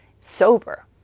sober